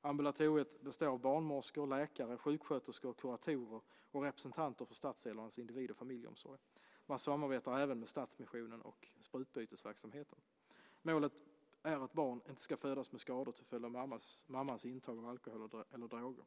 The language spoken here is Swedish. Ambulatoriet består av barnmorskor, läkare, sjuksköterskor, kuratorer och representanter för stadsdelarnas individ och familjeomsorg. Man samarbetar även med Stadsmissionen och sprututbytesverksamheten. Målet är att barn inte ska födas med skador till följd av mammans intag av alkohol eller droger.